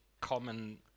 common